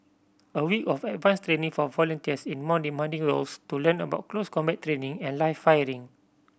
a week of advanced training for volunteers in more demanding roles to learn about close combat training and live firing